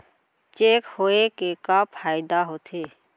Cheque होए के का फाइदा होथे?